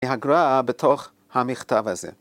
מהגרא בתוך המכתב הזה.